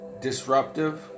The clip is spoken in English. disruptive